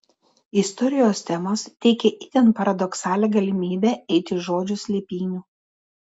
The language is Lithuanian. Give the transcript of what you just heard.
istorijos temos teikė itin paradoksalią galimybę eiti žodžio slėpynių